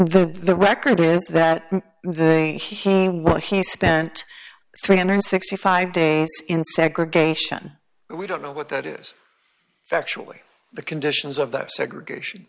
though the record is that what he spent three hundred and sixty five days in segregation we don't know what that is actually the conditions of that segregation